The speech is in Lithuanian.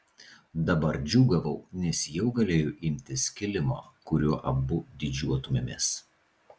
dabar džiūgavau nes jau galėjau imtis kilimo kuriuo abu didžiuotumėmės